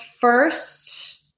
first